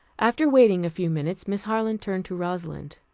after waiting a few minutes, miss harland turned to rosalind.